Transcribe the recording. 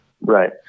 right